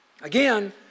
again